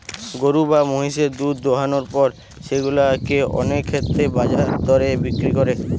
গরু বা মহিষের দুধ দোহানোর পর সেগুলা কে অনেক ক্ষেত্রেই বাজার দরে বিক্রি করে